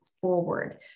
forward